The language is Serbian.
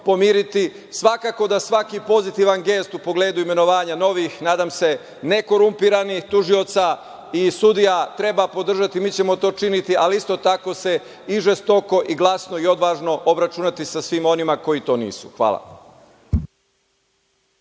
pomiriti. Svakako da svaki pozitivan gest u pogledu imenovanja novih nadam se, nekorumpiranih tužioca i sudija, treba podržati. Mi ćemo to činiti, ali isto tako se i žesto i glasno i odvažno, obračunati sa svima onima koji to nisu. Hvala.